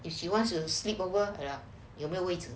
if she wants to sleep over 了有没有位置